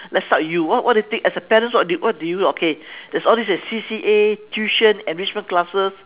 let's start with you what what do you think as a parents or do what do you okay there's all these C_C_A tuition enrichment classes